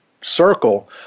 circle